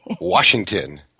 Washington